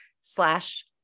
slash